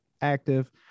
active